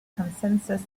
consensus